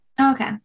Okay